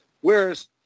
whereas